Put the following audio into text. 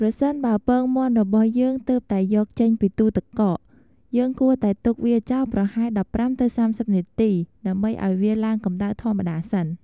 ប្រសិនបើពងមាន់របស់យើងទើបតែយកចេញពីទូទឹកកក យើងគួរតែទុកវាចោលប្រហែល ១៥ ទៅ ៣០នាទី ដើម្បីឱ្យវាឡើងកម្តៅធម្មតាសិន។